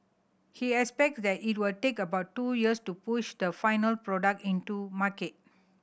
he expect that it will take about two years to push the final product into market